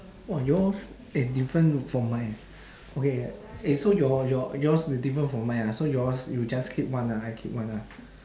!wah! yours eh different from mine eh okay eh so your your yours will different from mine ah so yours you just keep one ah I keep one ah